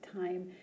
time